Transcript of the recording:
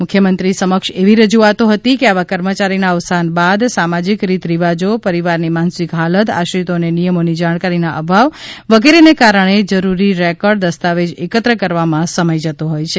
મુખ્યમંત્રીશ્રી સમક્ષ એવી રજૂઆતો આવી હતી કે આવા કર્મચારીના અવસાન બાદ સામાજિક રીત રિવાજો પરિવારની માનસિક હાલત આશ્રિતોને નિયમોની જાણકારીના અભાવ વગેરેને કારણે જરૂરી રેકર્ડદસ્તાવેજ એકત્ર કરવામાં સમય જતો હોય છે